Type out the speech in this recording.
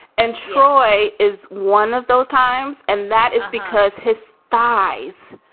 and troy is one of those times. and that is because his thighs,